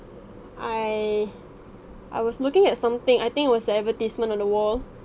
I I was looking at something I think it was advertisement on the wall